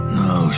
no